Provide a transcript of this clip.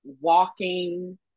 walking